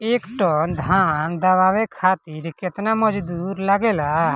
एक टन धान दवावे खातीर केतना मजदुर लागेला?